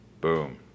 boom